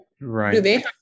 right